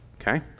Okay